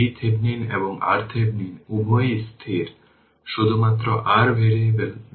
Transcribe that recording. তাহলে আমরা এখানে চিহ্নটি কেন নিলাম